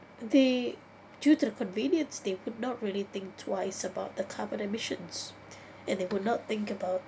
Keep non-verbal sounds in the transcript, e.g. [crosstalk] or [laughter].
they due to the convenience they would not really think twice about the carbon emissions [breath] and they would not think about